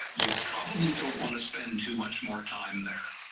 you probably don't want to spend too much more time there,